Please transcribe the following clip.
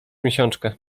miesiączkę